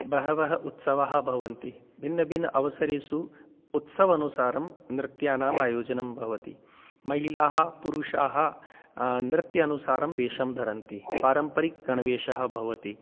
बहवः उत्सवाः भवन्ति भिन्नभिन्न अवसरेषु उत्सवानुसारं नृत्यानाम् आयोजनं भवति महिलाः पुरुषाः नृत्यानुसारं वेषं धरन्ति पारम्परिकगणवेषः भवति